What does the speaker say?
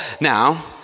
Now